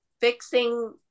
Fixing